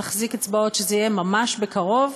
ונחזיק אצבעות שזה יהיה ממש בקרוב,